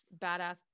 badass